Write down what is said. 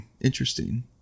interesting